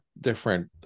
different